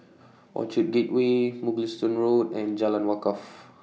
Orchard Gateway Mugliston Road and Jalan Wakaff